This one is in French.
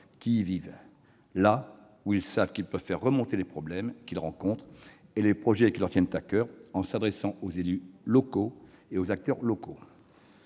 qui y vivent, là où ils savent qu'ils peuvent faire remonter les problèmes qu'ils rencontrent et les projets qui leur tiennent à coeur en s'adressant aux élus et aux acteurs locaux.